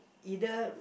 either